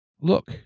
look